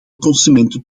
consumenten